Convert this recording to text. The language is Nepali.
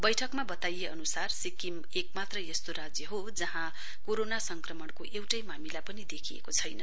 बैठकमा बताइए अनुसार सिक्किम एकमात्र यस्तो राज्य हो जहाँ कोरोना संक्रमणको एउटै मामिला पनि देखिएको छैन